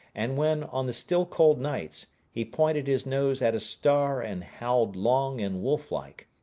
and when, on the still cold nights, he pointed his nose at a star and howled long and wolflike,